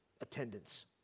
attendance